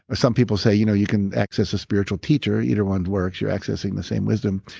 some people say you know you can access a spiritual teacher, either one works, you're accessing the same wisdom.